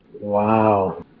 Wow